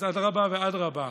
אז אדרבה ואדרבה,